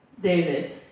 David